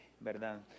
¿verdad